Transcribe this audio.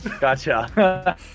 gotcha